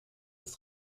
ist